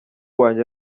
wanjye